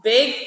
Big